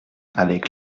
avec